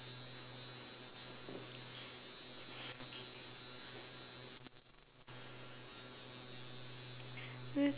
let's